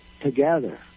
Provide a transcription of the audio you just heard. together